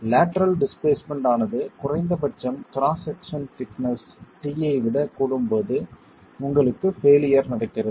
lateral displacement ஆனது குறைந்தபட்சம் cross section thickness t ஐ விட கூடும்போது உங்களுக்கு ஃபெயிலியர் நடக்கிறது